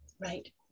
Right